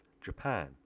Japan